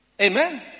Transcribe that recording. Amen